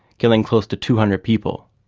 killing close to two hundred people.